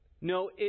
No